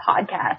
podcast